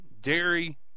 dairy